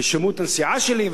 ושילמו את הנסיעה שלי,